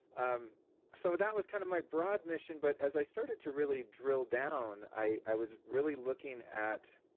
um so that was kind of my broad mission, but as i started to really drill down, i i was really looking at